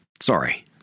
Sorry